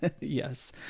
Yes